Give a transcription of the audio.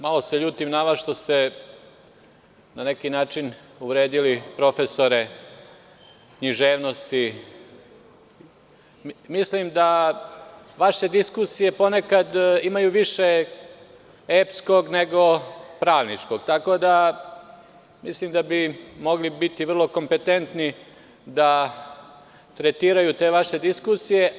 Malo se ljutim na vas što ste na neki način uvredili profesore književnosti i mislim da vaše diskusije imaju ponekada više epskog nego pravničkog, tako da mislim da mogli biti vrlo kompetentni, da tretiraju te vaše diskusije.